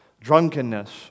drunkenness